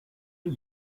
new